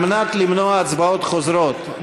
כדי למנוע הצבעות חוזרות,